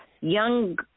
young